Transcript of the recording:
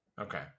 Okay